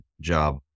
job